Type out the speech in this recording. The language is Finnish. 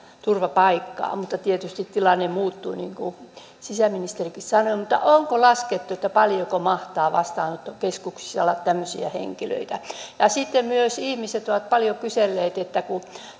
turvapaikkaa mutta tietysti tilanne muuttuu niin kuin sisäministerikin sanoi mutta onko laskettu paljonko mahtaa vastaanottokeskuksissa olla tämmöisiä henkilöitä sitten myös ihmiset ovat paljon kyselleet siitä että kun